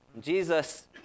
Jesus